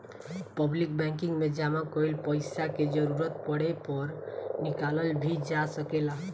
public banking में जामा कईल पइसा के जरूरत पड़े पर निकालल भी जा सकेला